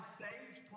saved